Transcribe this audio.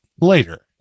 later